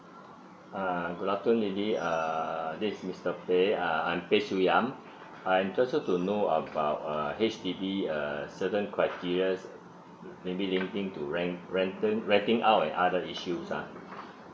uh good afternoon lily uh this is mister peh uh I am peh siew yang I'm just want to know about uh H_D_B uh certain criteria maybe linking to rent renting renting out an other issues ah